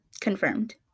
confirmed